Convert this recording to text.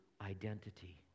identity